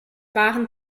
wahren